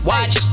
Watch